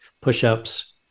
push-ups